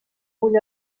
bull